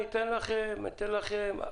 אני אתן לכם להתייחס.